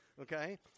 okay